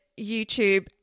YouTube